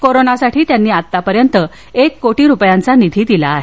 कोरोनासाठी त्यांनी आतापर्यत एक कोटीचा निधी दिला आहे